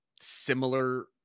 similar